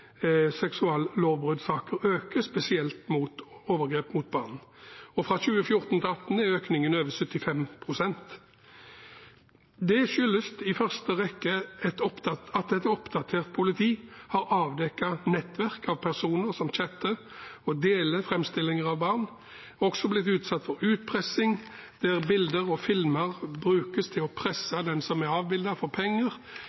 seksuallovbruddsaker øker, spesielt overgrep mot barn. Fra 2014 til 2018 er økningen på over 75 pst. Det skyldes i første rekke at et oppdatert politi har avdekket et nettverk av personer som chatter og deler framstillinger av barn. Man er også blitt utsatt for utpressing, der bilder og filmer brukes til å